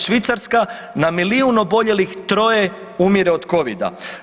Švicarska na milijun oboljelih 3-oje umire od covida.